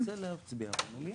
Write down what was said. מי